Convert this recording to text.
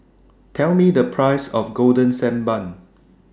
Tell Me The Price of Golden Sand Bun